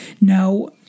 Now